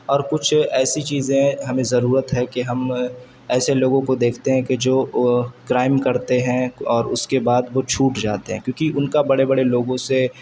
اور کچھ ایسی چیزیں ہمیں ضرورت ہے کہ ہم ایسے لوگوں کو دیکھتے ہیں کہ جو کرائم کرتے ہیں اور اس کے بعد وہ چھوٹ جاتے ہیں کیونکہ ان کا بڑے بڑے لوگوں سے